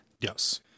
Yes